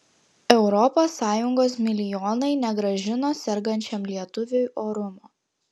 es milijonai negrąžino sergančiam lietuviui orumo